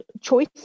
choice